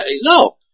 No